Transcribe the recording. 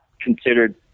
considered